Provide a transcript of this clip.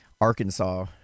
Arkansas